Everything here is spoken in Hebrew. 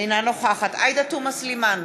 אינה נוכחת עאידה תומא סלימאן,